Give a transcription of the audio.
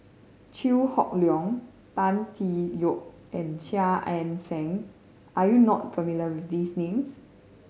Chew Hock Leong Tan Tee Yoke and Chia Ann Siang are you not familiar with these names